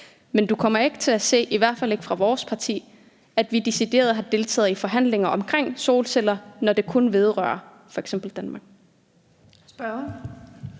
Men du kommer ikke til at se, i hvert fald ikke fra vores parti, at vi decideret har deltaget i forhandlinger omkring solceller, når det kun vedrører f.eks. Danmark.